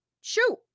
shoot